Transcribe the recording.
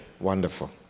Wonderful